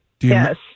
yes